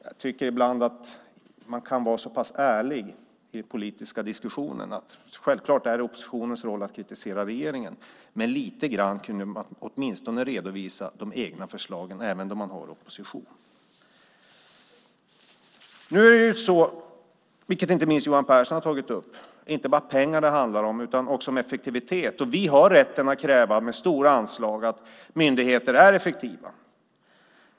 Självklart är det oppositionens roll att kritisera regeringen, men jag tycker att man ska vara så pass ärlig i den politiska diskussionen att man åtminstone redovisar de egna förslagen även om man är i opposition. Nu är det inte bara pengar det handlar om, vilket inte minst Johan Pehrson tagit upp, utan det handlar också om effektivitet. Vi har rätt att genom stora anslag kräva att myndigheter är effektiva.